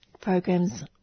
programs